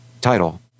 title